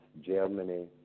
Germany